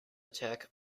attack